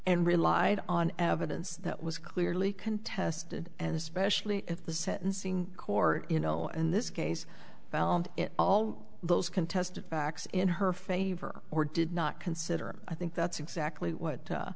and relied on evidence that was clearly contested and especially if the sentencing core you know in this case all those contested facts in her favor or did not consider i think that's exactly what